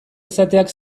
izateak